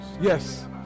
Yes